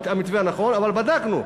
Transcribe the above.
אבל בדקנו,